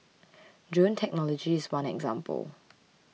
drone technology is one example